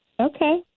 Okay